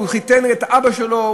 הוא חיתן את אבא שלו,